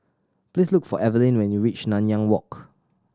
please look for Evelin when you reach Nanyang Walk